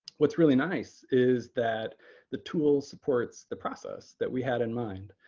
what's really nice is that the tool supports the process that we had in mind.